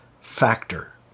factor